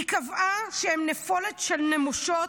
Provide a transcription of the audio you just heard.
היא קבעה שהם נפולת של נמושות,